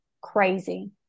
crazy